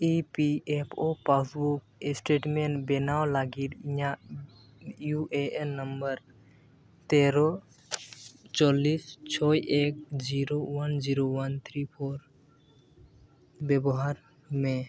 E P F O passbook statement ᱵᱮᱱᱟᱣ ᱞᱟᱹᱜᱤᱫ ᱤᱧᱟᱹᱜ ᱤᱭᱩ ᱮᱹ ᱮᱹᱱ ᱱᱟᱢᱵᱟᱨ ᱛᱮᱨᱚ ᱪᱚᱞᱞᱤᱥ ᱪᱷᱚᱭ ᱮᱹᱠ zero one zero one three four ᱵᱮᱵᱚᱦᱟᱨ ᱢᱮ